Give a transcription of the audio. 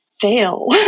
fail